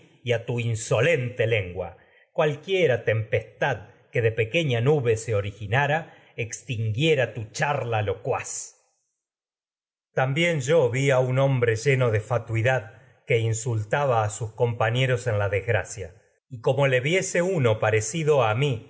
a tu insolente cualquiera tempestad que de pequeña nube originara extinguiría tu charla locuaz teucro tuidad también yo vi a un hombre lleno de fa que insultaba uno a sus compañeros en la desgracia a y como le viese parecido mí